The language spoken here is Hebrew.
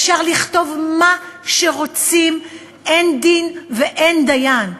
אפשר לכתוב מה שרוצים, אין דין ואין דיין.